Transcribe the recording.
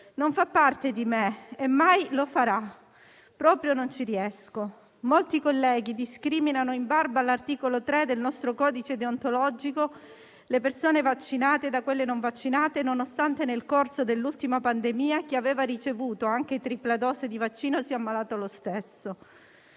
Non fa parte di me e mai lo farà, proprio non ci riesco. Molti colleghi discriminano, in barba all'articolo 3 del nostro codice deontologico, le persone vaccinate da quelle non vaccinate, nonostante nel corso dell'ultima pandemia chi aveva ricevuto anche la tripla dose di vaccino si è ammalato lo stesso.